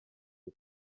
that